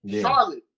Charlotte